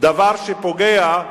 דבר שפוגע,